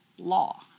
Law